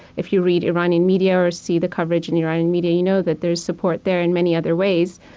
if you read iranian media or see the coverage in iranian media, you know that there's support there in many other ways,